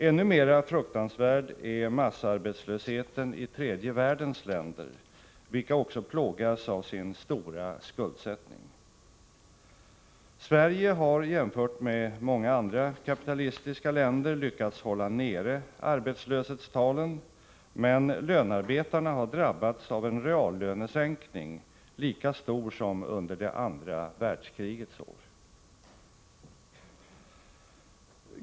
Ännu mera fruktansvärd är massarbetslösheten i tredje världens länder, vilka också plågas av sin stora skuldsättning. Sverige har jämfört med många andra kapitalistiska länder lyckats hålla nere arbetslöshetstalen, men lönarbetarna har drabbats av en reallönesänkning lika stor som under det andra världskrigets år.